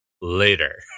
later